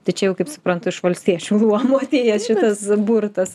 tai čia jau kaip suprantu iš valstiečių luomo atėjęs šitas burtas